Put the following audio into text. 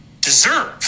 deserve